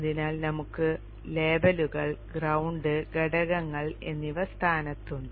അതിനാൽ നമുക്ക് ലേബലുകൾ ഗ്രൌണ്ട് ഘടകങ്ങൾ എന്നിവ സ്ഥാനത്തുണ്ട്